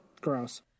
gross